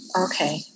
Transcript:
Okay